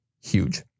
huge